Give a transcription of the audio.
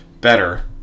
better